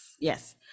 yes